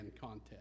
Contest